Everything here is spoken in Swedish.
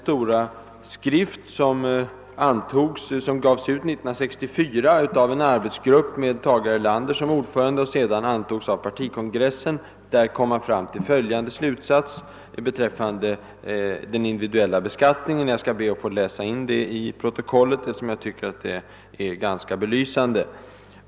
I skriften »Kvinnans jämlikhet», som gavs ut av en arbetsgrupp år 1964 med Tage Erlander som ordförande och sedan antogs av partikongressen, kom man fram till följande slutsats beträffande den individuella beskattningen, en slutsats som jag vill läsa in till riksdagsprotokollet eftersom jag tycker att den är ganska belysande.